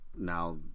now